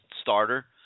starter